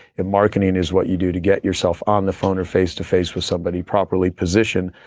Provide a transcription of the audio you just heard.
and marketing is what you do to get yourself on the phone or face to face with somebody properly positioned,